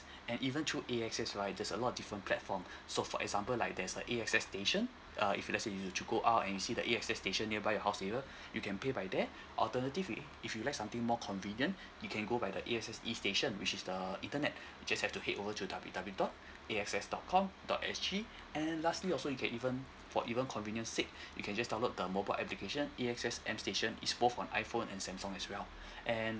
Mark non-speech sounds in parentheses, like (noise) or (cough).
(breath) and even through A_X_S right there's a lot of different platform (breath) so for example like there's a A_X_S station uh if let's say you were to go out and you see the A_X_S station nearby your house area (breath) you can pay by that (breath) alternatively if you like something more convenient (breath) you can go by the A_X_S e station which is the internet (breath) you just have to head over to w w dot (breath) A_X_S dot com dot s g (breath) and lastly also you can even for even convenient sake (breath) you can just download the mobile application A_X_S m station it's both on iphone and samsung as well (breath) and